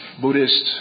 Buddhist